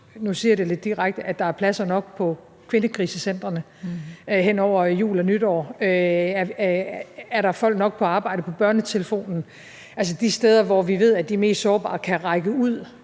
nu siger jeg det lidt direkte – at der er pladser nok på kvindekrisecentrene hen over jul og nytår? Er der folk nok på arbejde på BørneTelefonen? Det vil sige, at det er de steder, hvor vi ved, at de mest sårbare kan række ud